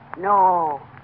No